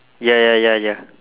ya ya ya ya